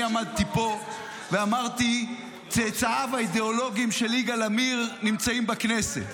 עמדתי פה ואמרתי: צאצאיו האידיאולוגיים של יגאל עמיר נמצאים בכנסת.